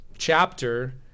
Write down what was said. chapter